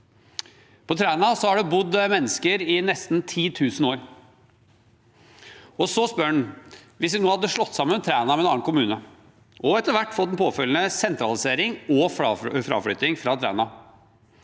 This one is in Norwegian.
På Træna har det bodd mennesker i nesten 10 000 år. Stensvaag spør så: Hvis vi hadde slått Træna sammen med en annen kommune, og etter hvert fått en påfølgende sentralisering og fraflytting fra Træna,